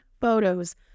photos